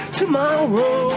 tomorrow